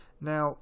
Now